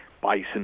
Bison